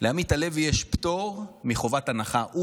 לעמית הלוי יש פטור מחובת הנחה.